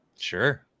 Sure